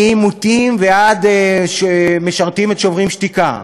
ממוטים ועד משרתים את "שוברים שתיקה"